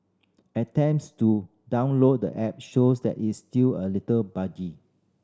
attempts to download the app shows that is still a little buggy